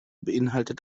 beinhaltet